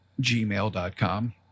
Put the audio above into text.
gmail.com